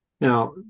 Now